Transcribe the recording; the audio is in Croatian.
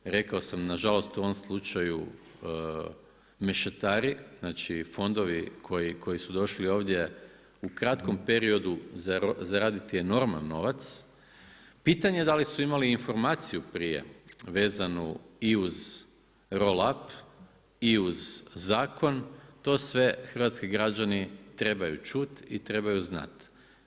Rekao sam nažalost u ovom slučaju mešetari, znači fondovi koji su došli ovdje u kratkom periodu zaraditi enorman novac, pitanje da li su imali informaciju prije vezanu i uz roll up i uz zakon, to sve hrvatski građani trebaju čuti i trebaju znati.